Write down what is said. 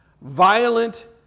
violent